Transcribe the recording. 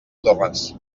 torres